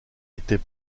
était